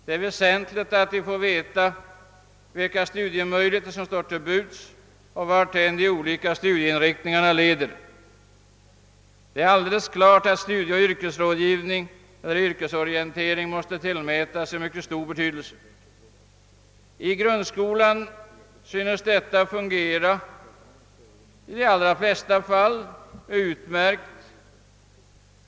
Det är väsentligt att de får veta vilka studiemöjligheter som står till buds och varthän de olika studieinriktningarna leder. Det är alldeles klart att studierådgivningen och yrkesorienteringen måste tillmätas mycket stor betydelse. I grundskolan synes nuvarande system i de allra flesta fall fungera utmärkt.